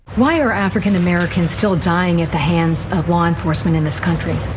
why are african americans still dying at the hands of law enforcement in this country?